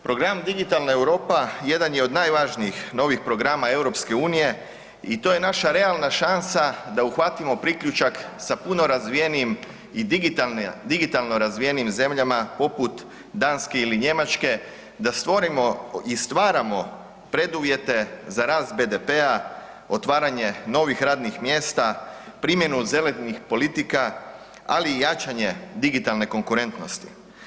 Program Digitalna Europa jedan je od najvažnijih novih programa EU i to je naša realna šansa da uhvatimo priključak sa puno razvijenijim i digitalno razvijenim zemljama poput Danske ili Njemačke, da stvorimo i stvaramo preduvjete za rast BDP-a, otvaranje novih radnih mjesta, primjenu zelenih politika, ali i jačanje digitalne konkurentnosti.